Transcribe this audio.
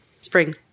Spring